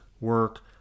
work